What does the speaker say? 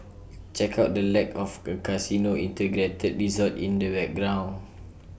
check out the lack of A casino integrated resort in the background